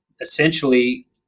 essentially